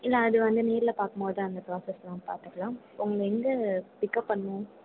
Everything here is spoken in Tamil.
இல்லை அது வந்து நேரில் பார்க்கும்போதுதான் அந்த ப்ராஸஸ்ஸெலாம் பார்த்துக்கலாம் உங்களை எங்கே பிக்கப் பண்ணணும்